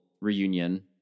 reunion